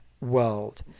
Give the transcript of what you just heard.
world